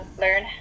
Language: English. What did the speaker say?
learn